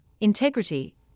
integrity